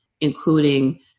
including